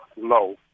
low